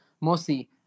mostly